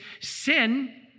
Sin